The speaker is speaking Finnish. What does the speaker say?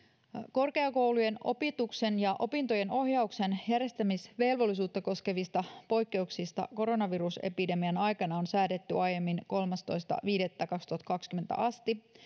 korkeakoulujen opetuksen ja opintojenohjauksen järjestämisvelvollisuutta koskevista poikkeuksista koronavirusepidemian aikana on säädetty aiemmin kolmastoista viidettä kaksituhattakaksikymmentä asti